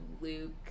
Luke